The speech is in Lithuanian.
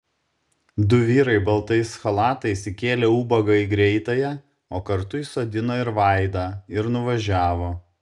du vyrai baltais chalatais įkėlė ubagą į greitąją o kartu įsodino ir vaidą ir nuvažiavo